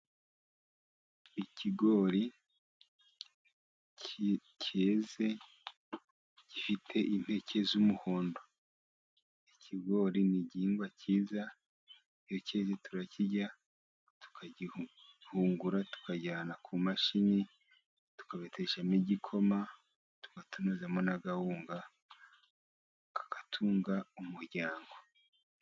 Ikigori keze, gifite impeke z'umuhondo. Ikigori ni igihingwa kiza, iyo keze turakirya, tukagihungura tukajyana ku mashini, tukabiteshamo igikoma, tugatonozamo n'agahunga, kagatunga umuryango.